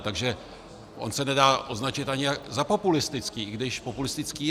Takže on se nedá označit ani za populistický, i když populistický je.